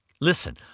Listen